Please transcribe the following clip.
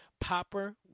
popper